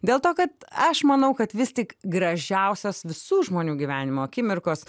dėl to kad aš manau kad vis tik gražiausios visų žmonių gyvenimo akimirkos